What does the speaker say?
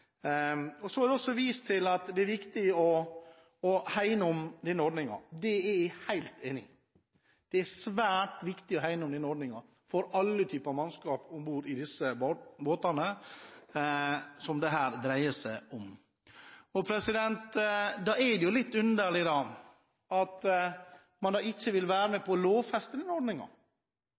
Så er det også vist til at det er viktig å hegne om denne ordningen. Det er jeg helt enig i. Det er svært viktig å hegne om denne ordningen for alle typer mannskap om bord i disse båtene som det her dreier seg om. Det er litt underlig at man ikke vil være med på å lovfeste